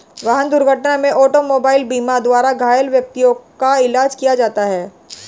वाहन दुर्घटना में ऑटोमोबाइल बीमा द्वारा घायल व्यक्तियों का इलाज किया जाता है